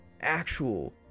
actual